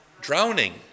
drowning